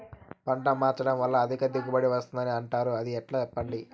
పంట మార్చడం వల్ల అధిక దిగుబడి వస్తుందని అంటారు అది ఎట్లా సెప్పండి